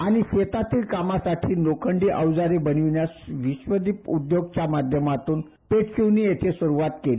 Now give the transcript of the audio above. आणि शेतातील कामासाठी लोखंडी अवजारे बनविण्यास विश्वदीप उद्योगच्या माध्यमातून पेठशिवणी येथे सुरूवात केली